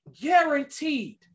Guaranteed